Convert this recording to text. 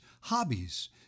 hobbies